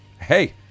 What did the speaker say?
Hey